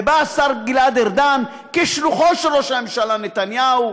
ובא השר גלעד ארדן, כשלוחו של ראש הממשלה נתניהו,